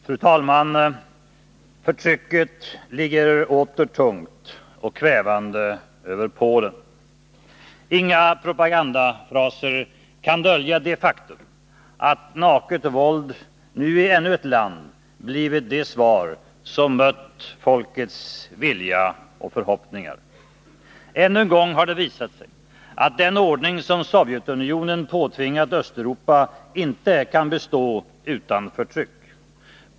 Fru talman! Förtrycket ligger åter tungt och kvävande över Polen. Inga propagandafraser kan dölja det faktum att naket våld nu i ännu ett land blivit det svar som mött folkets vilja och förhoppningar. Ännu en gång har det visat sig att den ordning som Sovjetunionen påtvingat Östeuropa inte kan bestå utan förtryck.